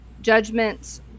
judgments